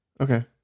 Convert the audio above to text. Okay